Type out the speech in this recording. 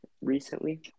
recently